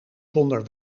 zonder